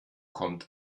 kommt